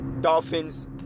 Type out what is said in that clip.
Dolphins